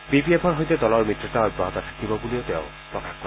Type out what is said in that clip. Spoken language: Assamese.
বিপিএফৰ সৈতে দলৰ মিত্ৰতা অব্যাহত থাকিব বুলিও তেওঁ প্ৰকাশ কৰে